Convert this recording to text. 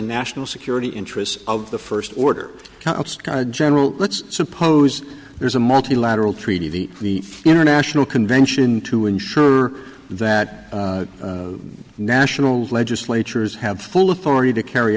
national security interests of the first order general let's suppose there's a multilateral treaty the international convention to ensure that nationals legislatures have full authority to carry